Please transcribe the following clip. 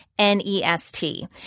N-E-S-T